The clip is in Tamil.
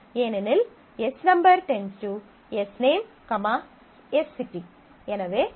ஏனெனில் S → S name S city